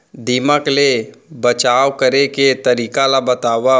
दीमक ले बचाव करे के तरीका ला बतावव?